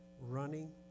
running